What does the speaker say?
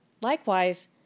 Likewise